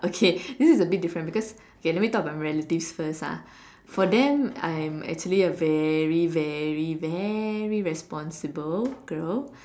okay this is a bit different because okay let me talk about my relatives first ah for them I'm actually a very very very responsible girl